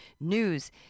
news